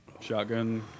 shotgun